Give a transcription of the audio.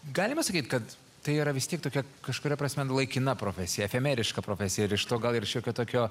galima sakyti kad tai yra vis tiek tokia kažkuria prasme laikina profesija efemeriška profesija ir iš to gal ir šiokio tokio